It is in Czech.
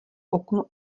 oknu